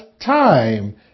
time